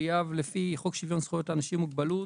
לפי חוק שוויון זכויות לאנשים עם מוגבלות,